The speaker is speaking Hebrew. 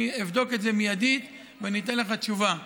אני אבדוק את זה מיידית ואתן לך תשובה.